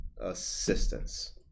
assistance